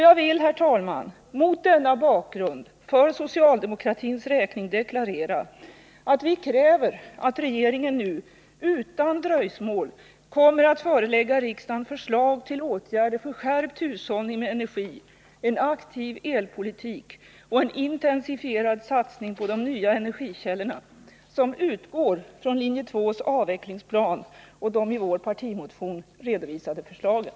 Jag vill, herr talman, mot denna bakgrund för socialdemokratins räkning deklarera att vi kräver att regeringen nu utan dröjsmål skall förelägga riksdagen förslag till åtgärder för skärpt hushållning med energi, en aktiv elpolitik och en intensifierad satsning på de nya energikällorna som utgår ifrån linje 2:s avvecklingsplan och de i vår partimotion redovisade förslagen.